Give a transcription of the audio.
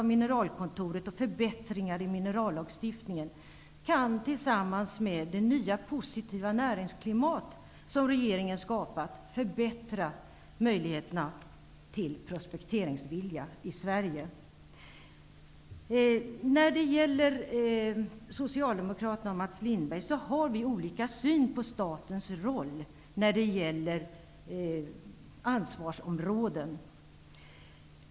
Mineralkontoret och förbättringar av minerallagstiftningen kan tillsammans med det nya, positiva näringsklimat som regerigen skapat förbättra möjligheterna till prospekteringsvilja i När det gäller Socialdemokraternas uppfattning och det Mats Lindberg sade, har vi olika syn på statens roll när det gäller ansvarsområden.